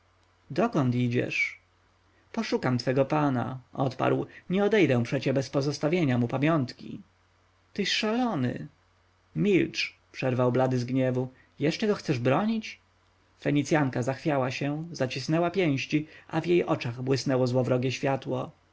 dokąd idziesz poszukam twego pana odparł nie odejdę przecie bez zostawienia mu pamiątki tyś szalony milcz przerwał blady z gniewu jeszcze go chcesz bronić fenicjanka zachwiała się zacinęłazacisnęła pięści a w jej oczach błysnęło złowrogie światło